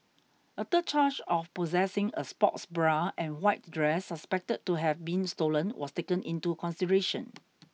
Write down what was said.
a third charge of possessing a sports bra and white dress suspected to have been stolen was taken into consideration